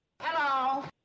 Hello